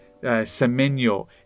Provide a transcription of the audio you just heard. Semenyo